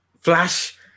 Flash